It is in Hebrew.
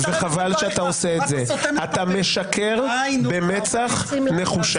אתה משקר במצח נחושה